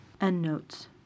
Endnotes